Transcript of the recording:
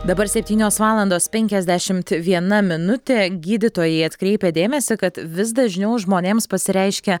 dabar septynios valandos penkiasdešimt vienas minutė gydytojai atkreipia dėmesį kad vis dažniau žmonėms pasireiškia